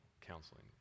counseling